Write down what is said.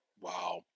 Wow